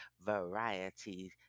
variety